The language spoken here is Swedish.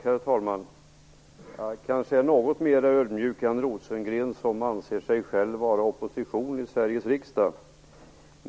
Herr talman! Jag kanske är något mer ödmjuk än Rosengren, som anser sig själv vara oppositionen i Sveriges riksdag.